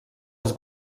els